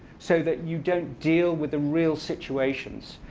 so that you don't deal with the real situations.